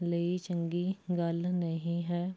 ਲਈ ਚੰਗੀ ਗੱਲ ਨਹੀਂ ਹੈ